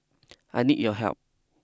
I need your help